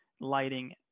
lighting